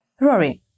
Rory